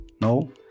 no